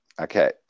Okay